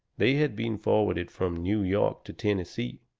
they had been forwarded from new york to tennessee,